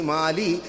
Mali